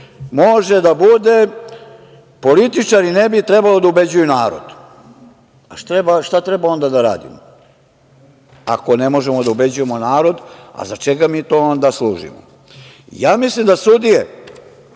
može da bude – političari ne bi trebalo da ubeđuju narod. Šta treba onda da radimo, ako ne možemo da ubeđujemo narod, za čega mi to onda služimo? Mislim da sudije